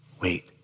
wait